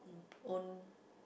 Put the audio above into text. um own